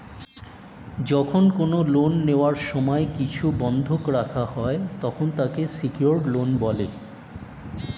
যখন কোন লোন নেওয়ার সময় কিছু বন্ধক রাখা হয়, তখন তাকে সিকিওরড লোন বলে